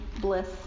bliss